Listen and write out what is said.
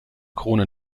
krone